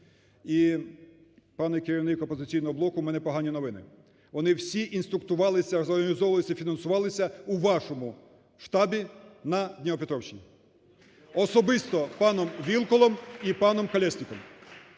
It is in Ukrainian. І, пане керівник "Опозиційного блоку", в мене погані новини, вони всі інструктувалися, зорганізовувалися і фінансувалися у вашому штабі на Дніпропетровщині особисто паном Вілкулом і паном Колєсніком.